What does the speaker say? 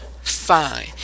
Fine